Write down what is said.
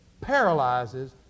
paralyzes